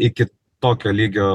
iki tokio lygio